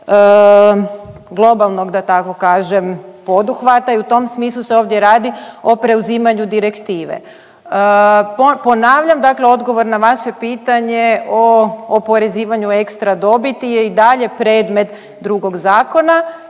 globalnog, da tako kažem, poduhvata i u tom smislu se ovdje radi o preuzimanju direktive. Ponavljam, dakle odgovor na vaše pitanje o oporezivanju ekstradobiti je i dalje predmet drugog zakona